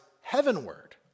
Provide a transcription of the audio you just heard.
heavenward